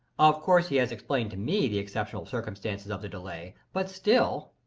of course he has explained to me the excep tional circumstances of the delay but still